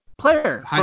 player